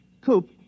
Coop